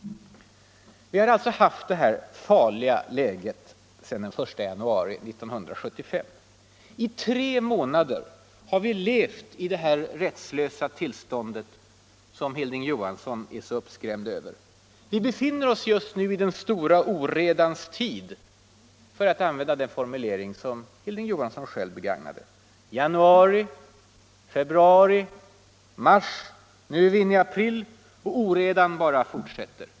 Vi har alltså haft det här farliga läget sedan den 1 januari 1975. I tre månader har vi levt i det rättslösa tillstånd som Hilding Johansson är så uppskrämd över. Vi befinner oss just nu i ”den stora oredans” tid, för att använda den formulering som Hilding Johansson själv begagnade. Januari, februari, mars, nu är vi inne i april — och oredan bara fortsätter.